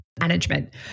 management